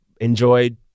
enjoyed